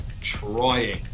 trying